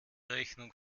rechnung